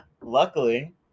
Luckily